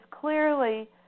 clearly